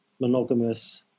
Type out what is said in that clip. monogamous